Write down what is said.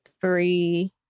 three